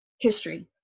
history